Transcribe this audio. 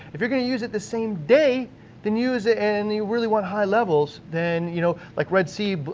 if you're gonna use it the same day then use it and you really want high levels then, you know like red sea, but